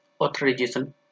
authorization